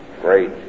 great